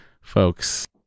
folks